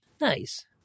Nice